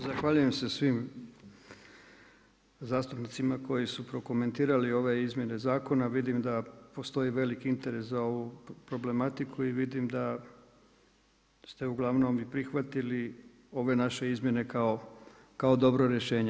Zahvaljujem se svim zastupnicima koji su prokomentirali ove izmjene zakona, vidim da postoji veliki interes za ovu problematiku i vidim da se ste uglavnom i prihvatili ove naše izmjene kao dobro rješenje.